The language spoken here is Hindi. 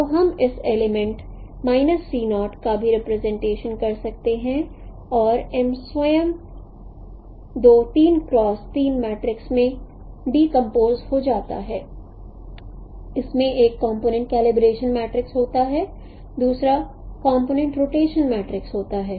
तो हम इस एलिमेंट का भी रिप्रेजेंटेशन कर सकते हैं और M स्वयं 2 मैट्रिक्स में डीकंपोज हो सकता है इसमें एक कंपोनेंट कलिब्रेशन मैट्रिक्स होता है दूसरा कंपोनेंट रोटेशन मैट्रिक्स होता है